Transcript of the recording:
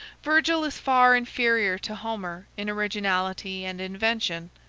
virgil is far inferior to homer in originality and invention,